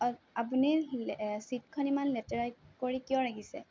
আপুনি ছিটখন কিয় ইমান লেতেৰা কৰি কিয় ৰাখিছে